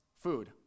food